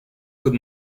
could